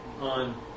on